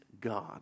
God